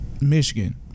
Michigan